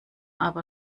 aber